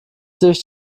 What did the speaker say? sich